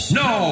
no